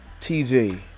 tj